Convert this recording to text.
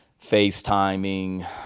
FaceTiming